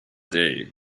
day